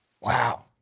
Wow